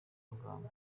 muganga